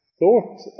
thought